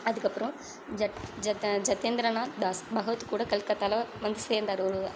அதுக்கப்புறம் ஜ ஜத்த ஜத்தேந்திரநாத் தாஸ் பகவத் கூட கல்கத்தாவில வந்து சேந்தார் ஒரு